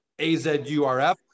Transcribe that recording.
AZURF